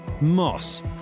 Moss